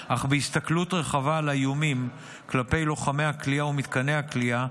אך בהסתכלות רחבה על האיומים כלפי לוחמי הכליאה ומתקני הכליאה,